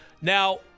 Now